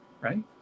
right